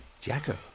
Jacko